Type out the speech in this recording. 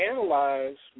Analyze